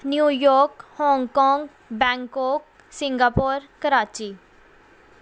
New York Hong Kong Bangkok Singapore Karachi